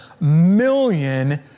million